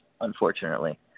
unfortunately